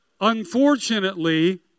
unfortunately